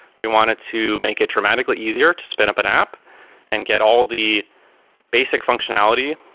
we wanted to make it dramatically easier to spin up an app and get all the basic functionality,